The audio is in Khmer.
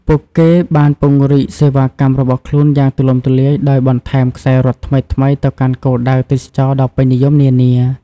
ពួកគេបានពង្រីកសេវាកម្មរបស់ខ្លួនយ៉ាងទូលំទូលាយដោយបន្ថែមខ្សែរត់ថ្មីៗទៅកាន់គោលដៅទេសចរណ៍ដ៏ពេញនិយមនានា។